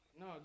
No